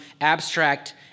abstract